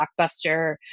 blockbuster